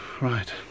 right